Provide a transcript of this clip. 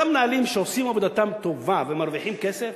אותם מנהלים שעושים עבודה טובה ומרוויחים כסף,